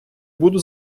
буду